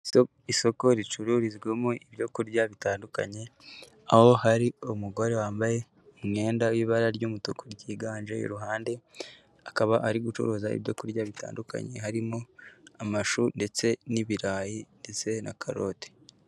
Isoko ricururizwamo ibyo kurya bitandukanye aho hari umugore wambaye umwenda w'ibara ry'umutuku ryiganje, iruhande akaba ari gucuruza ibyo kurya bitandukanye harimo amashu ndetse n'ibirayi ndetse na karoti.